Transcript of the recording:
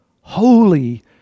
holy